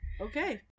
Okay